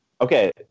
okay